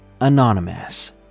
Anonymous